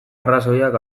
arrazoiak